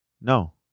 No